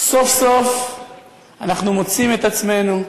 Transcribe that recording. סוף-סוף אנחנו מוצאים את עצמנו,